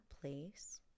place